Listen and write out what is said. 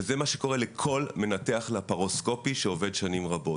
זה מה שקורה לכל מנתח לפרוסקופי שעובד שנים רבות.